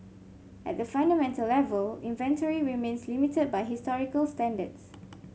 at the fundamental level inventory remains limited by historical standards